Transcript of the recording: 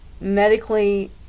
medically